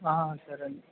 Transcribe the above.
సరే అండి